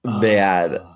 Bad